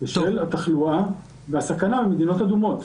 בשל התחלואה והסכנה ממדינות אדומות.